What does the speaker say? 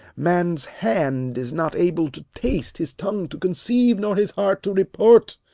man's hand is not able to taste, his tongue to conceive, nor his heart to report,